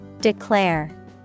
Declare